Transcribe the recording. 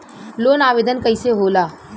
Loan आवेदन कैसे होला?